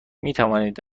میتوانید